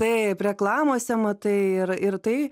taip reklamose matai ir ir tai